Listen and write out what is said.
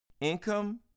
income